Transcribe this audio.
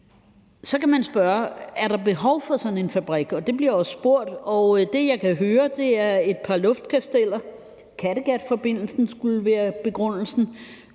Så kan man spørge: Er der behov for sådan en fabrik? Det bliver der jo spurgt om, og det svar, jeg kan høre, er et par luftkasteller: Kattegatforbindelsen skulle være begrundelsen;